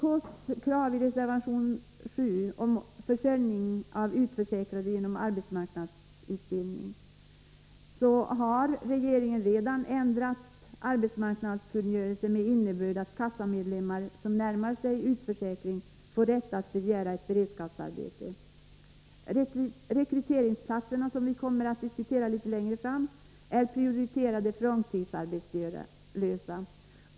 Beträffande vpk:s krav i reservation nr 7 om försörjning av utförsäkrade genom arbetsmarknadsutbildning hänvisar utskottet till att regeringen ändrat arbetsmarknadskungörelsen på så sätt att kassamedlemmar som närmar sig utförsäkring får rätt att begära ett beredskapsarbete. Rekryteringsplatserna, som vi kommer att diskutera litet längre fram, är prioriterade för långtidsarbetslösa.